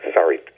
sorry